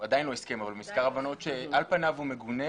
עדיין לא הסכם אבל מזכר הבנות שעל פניו הוא מגונה